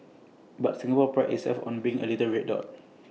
but Singapore prides itself on being A little red dot